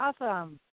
awesome